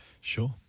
Sure